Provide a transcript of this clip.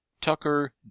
tucker